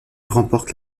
remportent